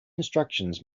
instructions